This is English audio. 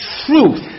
truth